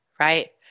right